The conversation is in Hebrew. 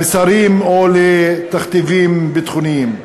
למסרים או לתכתיבים ביטחוניים.